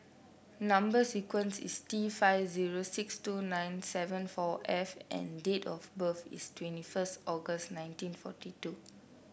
number sequence is T five zero six two nine seven four F and date of birth is twenty first August nineteen forty two